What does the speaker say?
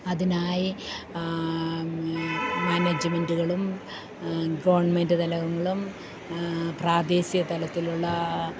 അതിനായി മാനേജ്മെൻ്റുകളും ഗവൺമെൻ്റ് തലങ്ങളും പ്രാദേശിക തലത്തിലുള്ള